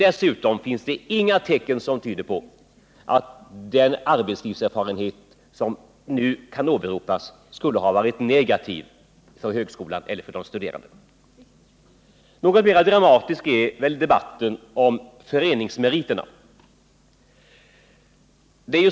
Dessutom finns det inga tecken som tyder på att den arbetslivserfarenhet som nu kan åberopas skulle ha varit negativ för högskolan eller för de studerande. Något mera dramatisk är väl debatten om föreningsmeriterna.